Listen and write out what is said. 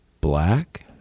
black